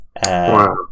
Wow